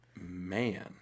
Man